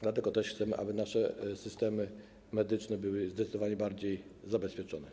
Dlatego chcemy, aby nasze systemy medyczne były zdecydowanie bardziej zabezpieczone.